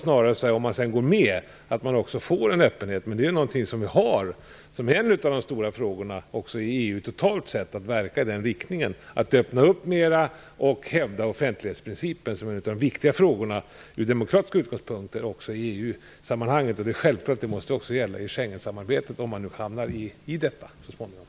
Snarare gällde det att om man går med så får man öppenhet. Men det är någonting som vi har. En av de stora frågorna i EU totalt sett är ju att verka i den riktningen att man öppnar upp mera och hävdar offentlighetsprincipen som en av de viktigare frågorna från demokratiska utgångspunkter också i EU sammanhang. Självklart måste det också gälla i Schengensamarbetet, om man så småningom hamnar i detta.